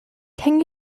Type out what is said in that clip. can